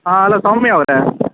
hello Soumya ಅವರೇ